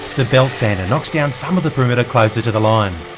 the belt sander knocks down some of the perimeter closer to the line.